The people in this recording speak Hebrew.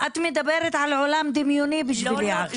גברתי, את מדברת על עולם דמיוני בשבילי עכשיו.